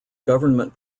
government